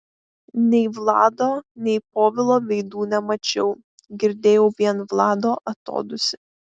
nei vlado nei povilo veidų nemačiau girdėjau vien vlado atodūsį